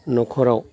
न'खराव